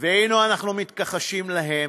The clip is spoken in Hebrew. והנה, אנחנו מתכחשים להם,